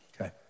Okay